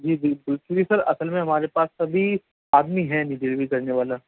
جی بالکل کیونکہ سر اصل میں ہمارے پاس ابھی آدمی ہیں نہیں ڈلیوری کرنے والا